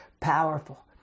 powerful